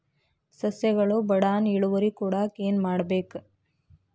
ಸಸ್ಯಗಳು ಬಡಾನ್ ಇಳುವರಿ ಕೊಡಾಕ್ ಏನು ಮಾಡ್ಬೇಕ್?